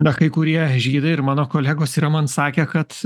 na kai kurie žydai ir mano kolegos yra man sakę kad